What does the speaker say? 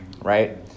right